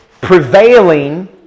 prevailing